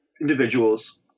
individuals